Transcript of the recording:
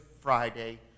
Friday